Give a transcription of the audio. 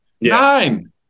Nine